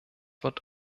wird